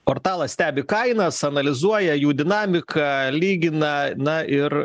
portalas stebi kainas analizuoja jų dinamiką lygina na ir